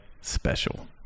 special